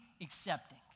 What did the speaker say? accepting